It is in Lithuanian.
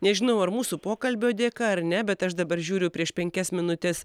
nežinau ar mūsų pokalbio dėka ar ne bet aš dabar žiūriu prieš penkias minutes